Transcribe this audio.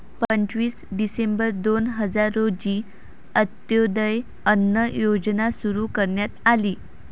पंचवीस डिसेंबर दोन हजार रोजी अंत्योदय अन्न योजना सुरू करण्यात आली